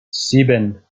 sieben